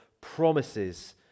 promises